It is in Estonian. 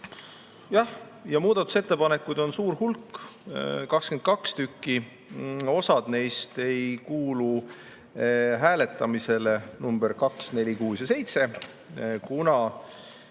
Ja muudatusettepanekuid on suur hulk, 22 tükki, osa neist ei kuulu hääletamisele, nr 2, 4, 6 ja